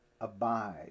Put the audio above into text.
Abide